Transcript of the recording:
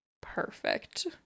perfect